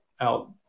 out